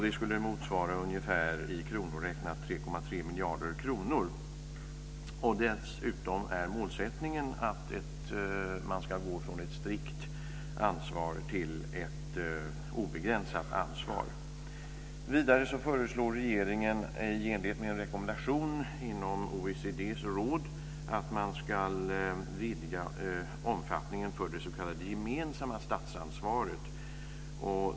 Det skulle motsvara ungefär, i kronor räknat, 3,3 miljarder kronor. Dessutom är målsättningen att man ska gå från ett strikt ansvar till ett obegränsat ansvar. Vidare föreslår regeringen, i enlighet med en rekommendation inom OECD:s råd, att man ska vidga omfattningen för det s.k. gemensamma statsansvaret.